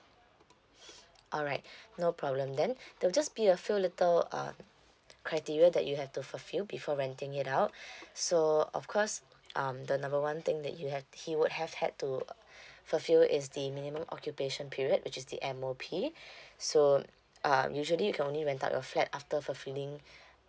alright no problem then there'll just be a few little uh criteria that you have to fulfill before renting it out so of course um the number one thing that you have he would have had to fulfill is the minimum occupation period which is the M_O_P so uh usually you can only rent out your flat after fulfilling